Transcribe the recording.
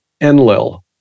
Enlil